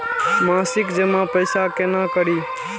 मासिक जमा पैसा केना करी?